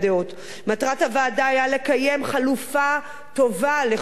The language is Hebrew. מטרת הוועדה היתה לקיים חלופה טובה לחוק טל,